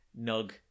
nug